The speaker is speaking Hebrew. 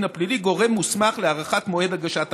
הפלילי גורם מוסמך להארכת מועד הגשת ערר.